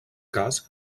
cas